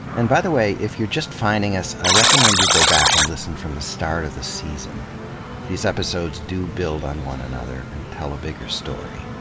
and by the way, if you're just finding us, i recommend you go back and listen from the start of the season these episodes do build on one another and tell a bigger story.